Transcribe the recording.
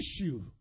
issue